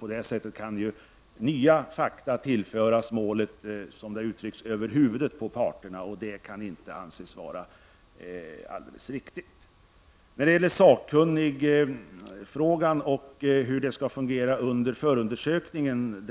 På det sättet kan nya fakta tillföras målet, som det har uttryckts, över huvudet på parterna. Detta kan inte anses vara alldeles riktigt. Vpk har fogat ett par reservationer till betänkandet som bl.a. gäller utseende av sakkunnig under förundersökning och